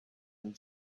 and